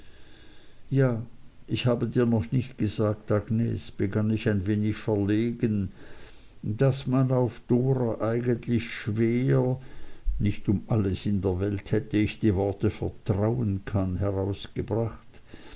ja ich habe dir noch nicht gesagt agnes begann ich ein wenig verlegen daß man auf dora eigentlich schwer nicht um alles in der welt hätte ich die worte vertrauen kann herausgebracht